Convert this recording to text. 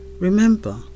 Remember